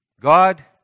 God